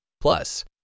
Plus